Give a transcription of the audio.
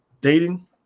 dating